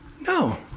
No